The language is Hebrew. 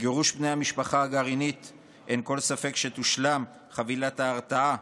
אין כל ספק שבגירוש בני המשפחה הגרעינית תושלם חבילת ההרתעה,